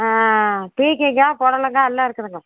பீர்க்கங்கா புடலங்கா எல்லாம் இருக்குதுங்க